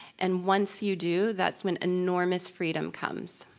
and once you do, that's when enormous freedom comes.